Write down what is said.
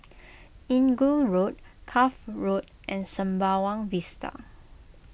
Inggu Road Cuff Road and Sembawang Vista